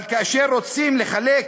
אבל כאשר רוצים לחלק